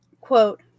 quote